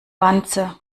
wanze